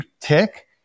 tick